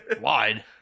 wide